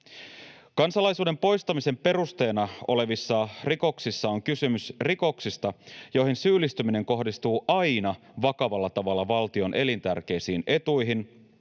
Kansalaisuuden poistamisen perusteena olevissa rikoksissa on kysymys rikoksista, joihin syyllistyminen kohdistuu aina vakavalla tavalla valtion elintärkeisiin etuihin,